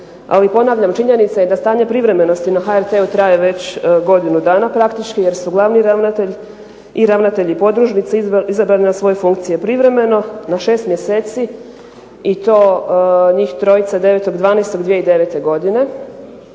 Ali ponavljam da stanje privremenosti na HRT-u traje već godinu dana praktički jer su glavni ravnatelj i ravnatelji podružnice izabrani na svoje funkcije privremeno na 6 mjeseci i to njih trojica 9.12.2009. godine.